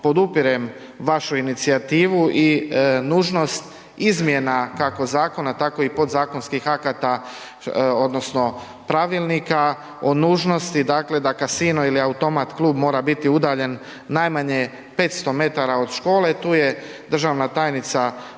podupirem vašu inicijativu i nužnost izmjena kako zakona, tako i podzakonskih akata odnosno pravilnika o nužnosti, dakle, da Casino ili Automatclub mora biti udaljen najmanje 500 m od škole. Tu je državna tajnica Margareta